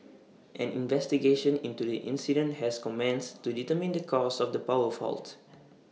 an investigation into the incident has commenced to determine the cause of the power fault